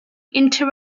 inter